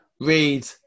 read